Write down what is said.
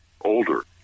older